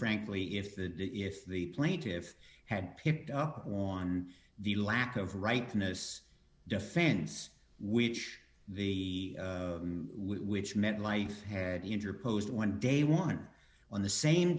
frankly if the if the plaintiffs had picked up on the lack of rightness defense which the which meant life had interposed one day one on the same